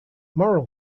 moral